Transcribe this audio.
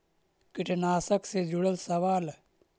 कीटनाशक से जुड़ल सवाल?